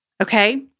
okay